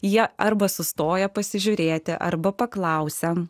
jie arba sustoja pasižiūrėti arba paklausia